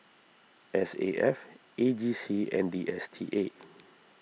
S A F A G C and D S T A